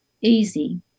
easy